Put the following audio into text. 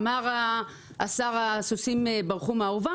אמר השר שהסוסים ברחו מן האורווה.